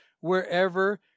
Wherever